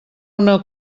una